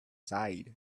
side